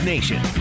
Nation